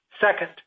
Second